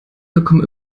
bekommen